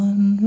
One